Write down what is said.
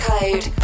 Code